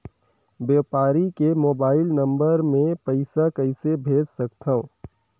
व्यापारी के mobile number मे पईसा कइसे भेज सकथव?